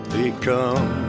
become